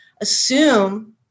assume